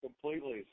completely